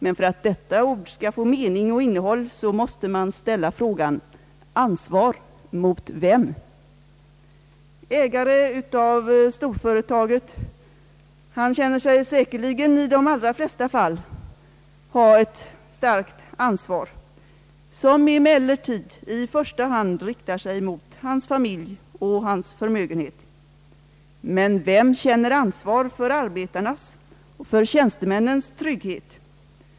Men för att detta ord skall få mening och innehåll, måste man ställa frågan: Ansvar mot vem? Ägaren av storföretaget känner säkerligen i de allra flesta fall ett starkt ansvar, som emellertid i första hand riktar sig mot hans familj och hans förmögenhet. Men vem känner ansvar för arbetarnas och tjänstemännens trygghet?